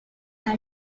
had